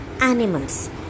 animals